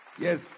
Yes